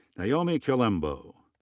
naomi kilembo.